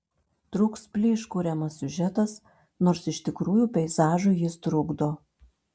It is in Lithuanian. trūks plyš kuriamas siužetas nors iš tikrųjų peizažui jis trukdo